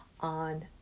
on